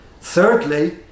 Thirdly